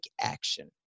action